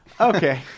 Okay